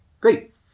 great